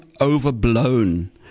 overblown